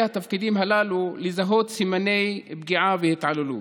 התפקידים הללו לזהות סימני פגיעה והתעללות.